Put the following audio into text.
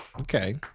Okay